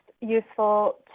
useful